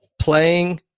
playing